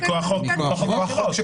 מכוח החוק שקבעה הכנסת.